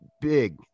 Big